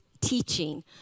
teaching